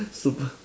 super